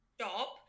Stop